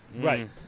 Right